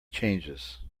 changes